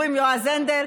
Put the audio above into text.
אומרים יועז הנדל.